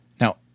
Now